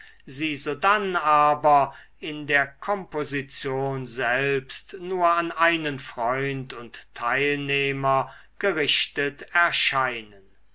sie sodann aber in der komposition selbst nur an einen freund und teilnehmer gerichtet erscheinen